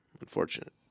Unfortunate